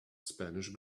spanish